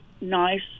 nice